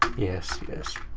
yes, yes.